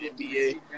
NBA